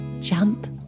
jump